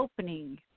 opening